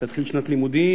תתחיל שנת לימודים,